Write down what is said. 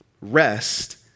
Rest